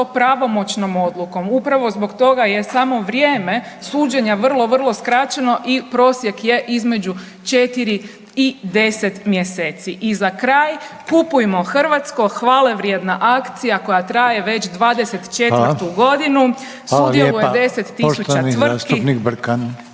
pravomoćnom odlukom, upravo zbog toga je samo vrijeme suđenja vrlo vrlo skraćeno i prosjek je između 4 i 10 mjeseci. I za kraj „Kupujmo hrvatsko“, hvalevrijedna akcija koja traje već 24. godinu …/Upadica Reiner: